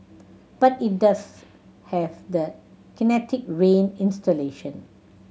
but it does have the Kinetic Rain installation